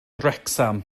wrecsam